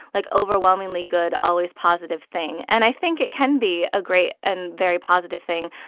like, overwhelmingly good, always positive thing. and i think it can be a great and very positive thing,